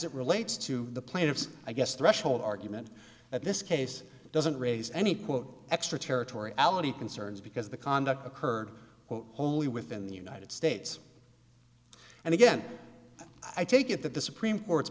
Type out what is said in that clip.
it relates to the plaintiffs i guess threshold argument that this case doesn't raise any quote extraterritoriality concerns because the conduct occurred only within the united states and again i take it that the supreme court's